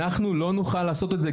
אנחנו לא נוכל לעשות את זה,